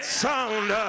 sound